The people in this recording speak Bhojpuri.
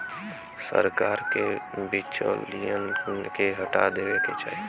सरकार के बिचौलियन के हटा देवे क चाही